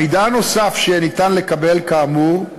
המידע הנוסף שיהיה ניתן לקבל, כאמור,